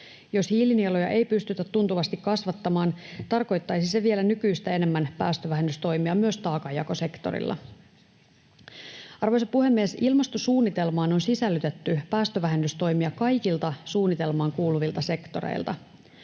Jos hiilinieluja ei pystytä tuntuvasti kasvattamaan, tarkoittaisi se vielä nykyistä enemmän päästövähennystoimia myös taakanjakosektorilla. Arvoisa puhemies! Ilmastosuunnitelmaan on sisällytetty päästövähennystoimia kaikilta suunnitelmaan kuuluvilta sektoreilta.